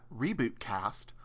rebootcast